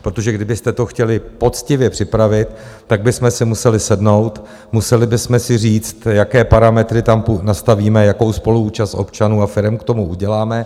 Protože kdybyste to chtěli poctivě připravit, tak bychom si museli sednout, museli bychom si říct, jaké parametry tam nastavíme, jakou spoluúčast občanů a firem k tomu uděláme.